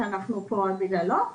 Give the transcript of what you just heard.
שאנחנו פה רק בגללו,